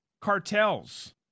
cartels